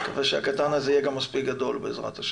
נקווה שהקטן הזה יהיה גם מספיק גדול, בעזרת ה'.